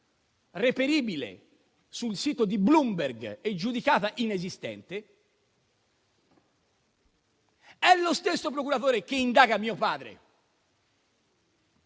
reperibile sul sito di Bloomberg e giudicata inesistente; è lo stesso procuratore che indaga mio padre